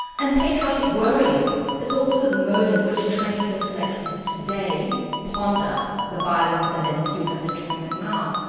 and patriotic worrying is also the mode in which chinese intellectuals today ponder the violence that ensued under chairman mao.